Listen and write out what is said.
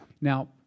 Now